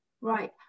Right